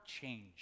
change